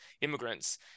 immigrants